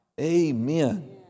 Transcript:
Amen